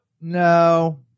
No